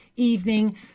Evening